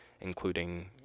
including